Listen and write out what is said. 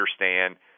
understand